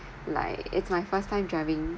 like it's my first time driving